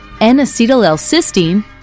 N-acetyl-L-cysteine